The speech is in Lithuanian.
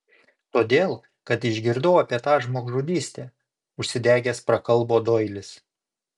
todėl kad išgirdau apie tą žmogžudystę užsidegęs prakalbo doilis